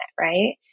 right